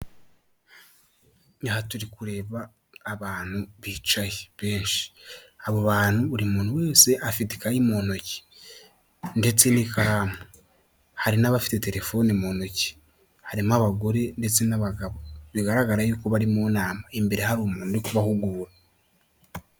Aha turi kureba abantu bicaye benshi, abo bantu buri muntu wese afite ikayi mu ntoki ndetse n'ikaramu, hari n'abafite telefoni mu ntoki, harimo abagore ndetse n'abagabo, bigaragara yuko bari mu nama, imbere hari umuntu uri kubahugura.